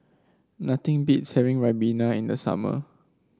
nothing beats having ribena in the summer